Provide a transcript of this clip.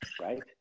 right